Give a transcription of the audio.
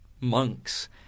monks